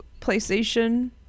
PlayStation